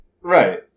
Right